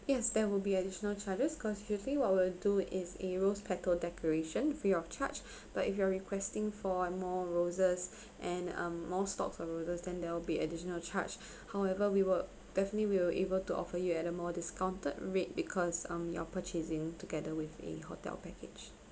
yes there will be additional charges cause usually what we'll do is a rose petal decoration free of charge but if you are requesting for like more roses and um more stocks I hope you understand there will be additional charge however we will definitely will able to offer you at a more discounted rate because um you're purchasing together with a hotel package